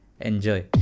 Enjoy